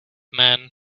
man